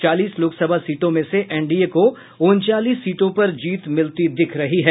चालीस लोकसभा सीटों में से एनडीए को उनचालीस सीटों पर जीत मिलती दिख रही है